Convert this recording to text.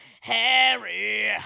Harry